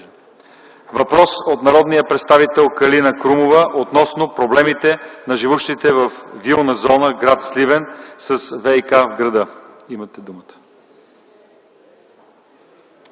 Въпрос от народния представител Калина Крумова относно проблемите на живущите във Вилна зона – гр. Сливен, с ВиК в града. Имате думата,